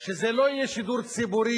שזה לא יהיה שידור ציבורי,